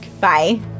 Bye